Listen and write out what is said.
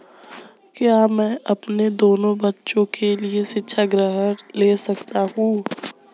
क्या मैं अपने दोनों बच्चों के लिए शिक्षा ऋण ले सकता हूँ?